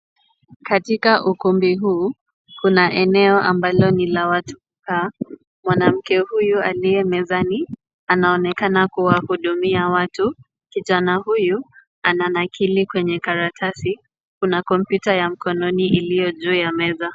Katika ukumbi huu, kuna eneo ambalo ni la watu kukaa, mwanamke huyu aliye mezani, anaonekana kuwa hudumia watu. Kijana huyu ana nakili kwenye karatasi, kuna kompyuta ya mkononi iliyo juu ya meza.